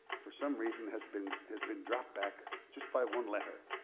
for some reason, has been has been dropped back just by one letter.